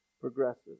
progressive